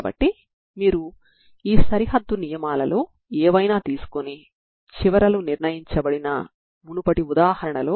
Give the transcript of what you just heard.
నేను మీకు పరిష్కారాన్ని కనుగొనే పద్ధతిని ఇస్తాను